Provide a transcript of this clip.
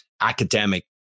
academic